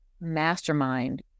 mastermind